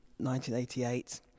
1988